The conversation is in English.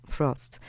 Frost